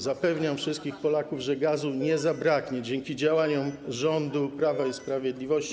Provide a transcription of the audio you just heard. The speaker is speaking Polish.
Zapewniam wszystkich Polaków, że gazu nie zabraknie dzięki działaniom rządu Prawa i Sprawiedliwości.